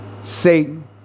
Satan